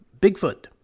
Bigfoot